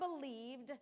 believed